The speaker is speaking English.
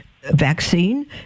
vaccine